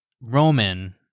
Roman